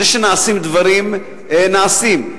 זה שנעשים דברים, נעשים.